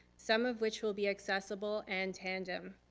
some of which will be accessible and tandem.